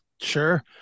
Sure